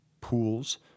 pools